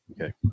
Okay